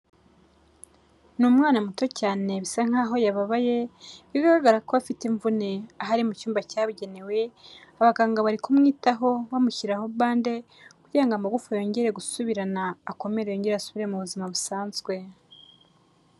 Ni umwana muto cyane bisa nkaho yababaye bigaragara ko afite imvune aho ari mu cyumba cyabugenewe abaganga bari kumwitaho bamushyiraho bande kugira ngo amagufa yongere gusubirana akomere yongere asubire mu buzima busanzwe.